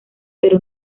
pero